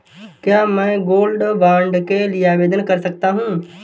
क्या मैं gold bond के लिए आवेदन कर सकता हूं?